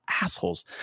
assholes